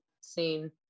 seen